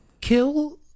kill